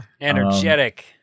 Energetic